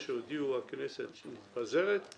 שיחייבו את הממשלה בצורה משמעותית.